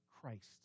Christ